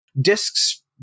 discs